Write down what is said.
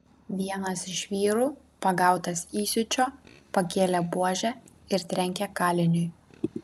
vienas iš vyrų pagautas įsiūčio pakėlė buožę ir trenkė kaliniui